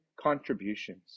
contributions